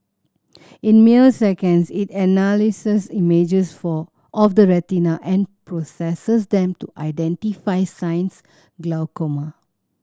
in mere seconds it analyses images for of the retina and processes them to identify signs glaucoma